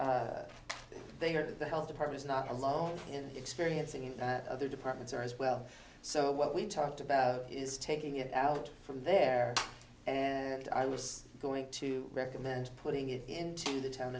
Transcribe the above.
they are the health departments not alone in experiencing in other departments or as well so what we talked about is taking it out from there and i was going to recommend putting it into the to